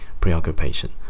preoccupation